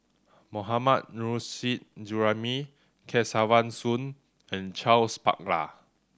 Mohammad Nurrasyid Juraimi Kesavan Soon and Charles Paglar